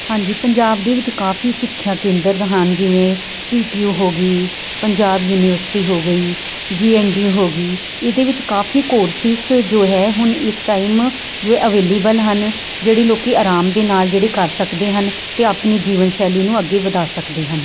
ਹਾਂਜੀ ਪੰਜਾਬ ਦੇ ਵਿੱਚ ਕਾਫ਼ੀ ਸਿੱਖਿਆ ਕੇਂਦਰ ਹਨ ਜਿਵੇਂ ਪੀ ਟੀ ਓ ਹੋ ਗਈ ਪੰਜਾਬ ਯੂਨੀਵਰਸਿਟੀ ਹੋ ਗਈ ਜੀ ਐੱਨ ਡੀ ਯੂ ਹੋ ਗਈ ਇਹਦੇ ਵਿੱਚ ਕਾਫ਼ੀ ਕੋਰਸਿਸ ਜੋ ਹੈ ਹੁਣ ਇਸ ਟਾਈਮ ਜੋ ਅਵੇਲੇਬਲ ਹਨ ਜਿਹੜੀ ਲੋਕ ਆਰਾਮ ਦੇ ਨਾਲ ਜਿਹੜੇ ਕਰ ਸਕਦੇ ਹਨ ਅਤੇ ਆਪਣੀ ਜੀਵਨ ਸ਼ੈਲੀ ਨੂੰ ਅੱਗੇ ਵਧਾ ਸਕਦੇ ਹਨ